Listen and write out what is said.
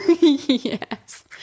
Yes